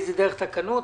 דרך תקנות.